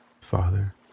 father